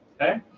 Okay